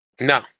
No